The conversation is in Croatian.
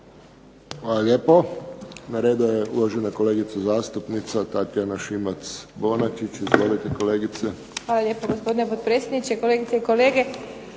Hvala lijepo. Na redu je uvažena kolegica zastupnica Tatjana Šimac Bonačić. Izvolite kolegice. **Šimac Bonačić, Tatjana (SDP)** Hvala lijepa gospodine potpredsjedniče, kolegice i kolege.